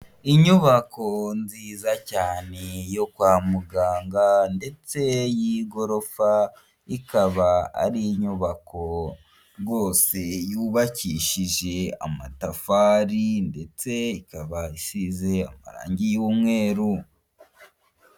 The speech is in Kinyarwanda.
Inyubako nziza cyane yo kwa muganga. Ndetse y'igorofa ikaba ari inyubako rwose yubakishije amatafari, ndetse ikaba isize irangi y' umweru.